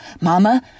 mama